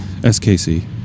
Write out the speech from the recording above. SKC